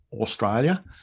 Australia